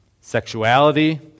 sexuality